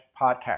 podcast